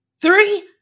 three